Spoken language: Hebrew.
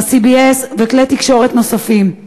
ב-CBS ובכלי תקשורת נוספים.